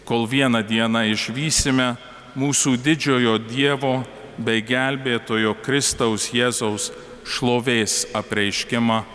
kol vieną dieną išvysime mūsų didžiojo dievo bei gelbėtojo kristaus jėzaus šlovės apreiškimą